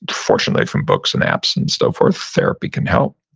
fortunately from books and apps and so forth. therapy can help.